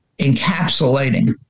encapsulating